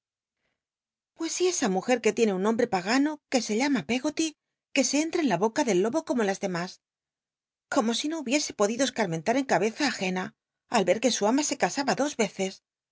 y esa mujer que tiene un nombre pagano que se llama peggoty que se entra en la boca del lobo como las demas como si no hubiese podido escarmentar en cabeza agena al ver que su mua se casaba dos veces